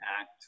act